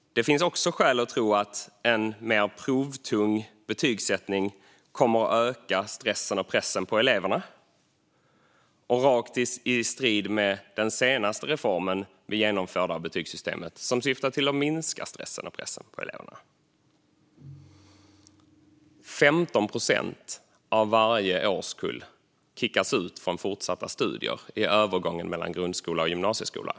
Det finns också skäl att tro att en mer provtung betygsättning kommer att öka stressen och pressen för eleverna. Det är rakt i strid med den senaste reformen vi genomförde av betygssystemet, som syftar till att minska pressen och stressen för eleverna. Det är 15 procent av varje årskull som kickas ut från fortsatta studier i övergången mellan grundskola och gymnasieskola.